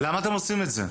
למה אתם עושים את זה?